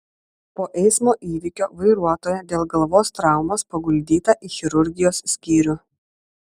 po eismo įvykio vairuotoja dėl galvos traumos paguldyta į chirurgijos skyrių